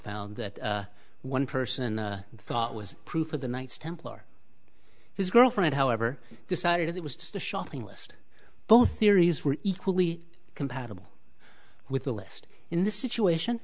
found that one person thought was proof of the knights templar his girlfriend however decided it was just a shopping list both theories were equally compatible with the list in this situation